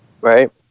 right